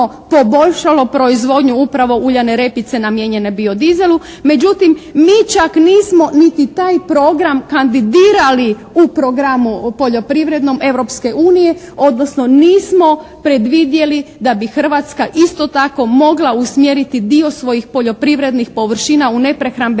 poboljšalo proizvodnju upravo uljane repice namijenjen biodizelu. Međutim mi čak nismo niti taj program kandidirali u programu poljoprivrednom Europske unije, odnosno nismo predvidjeli da bi Hrvatska isto tako mogla usmjeriti dio svojih poljoprivrednih površina u neprehrambeni